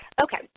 Okay